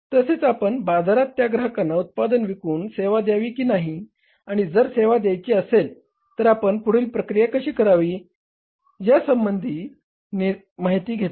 तसेच आपण बाजारात त्या ग्राहकांना उत्पादन विकून सेवा द्यावी की नाही आणि जर सेवा द्यायची असेल तर आपण पुढील प्रक्रिया कशी करावी या संबंधी माहिती घेतली